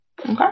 Okay